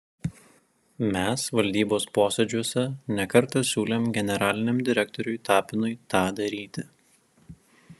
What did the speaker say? mes valdybos posėdžiuose ne kartą siūlėm generaliniam direktoriui tapinui tą daryti